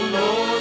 Lord